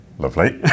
Lovely